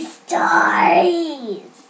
stories